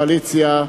הקואליציה,